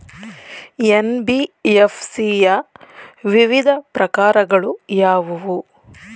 NBFC ಯ ವಿವಿಧ ಪ್ರಕಾರಗಳು ಯಾವುವು?